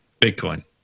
Bitcoin